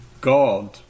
God